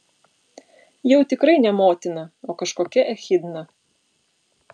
jau tikrai ne motina o kažkokia echidna